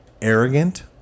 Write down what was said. arrogant